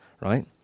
right